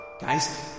Guys